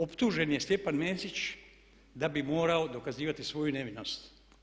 Optužen je Stjepan Mesić da bi moramo dokazivati svoju nevinost.